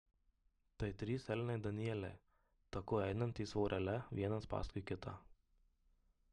tai trys elniai danieliai taku einantys vorele vienas paskui kitą